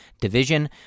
Division